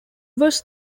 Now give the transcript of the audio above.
was